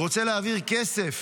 רוצה להעביר כסף